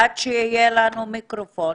עד שיהיה לנו מיקרופון.